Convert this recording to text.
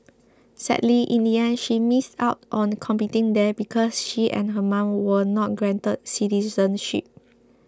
sadly in the end she missed out on competing there because she and her mom were not granted citizenship